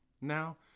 Now